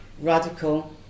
radical